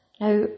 Now